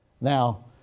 now